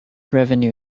revenue